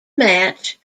match